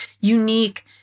unique